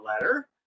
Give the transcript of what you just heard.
letter